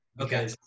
okay